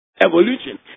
Evolution